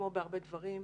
כמו בהרבה דברים,